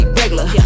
regular